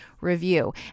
review